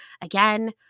again –